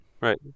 Right